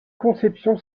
conception